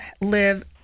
live